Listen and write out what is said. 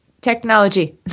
technology